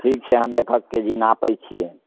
ठीक छै हम एकहक के जी नापै छियै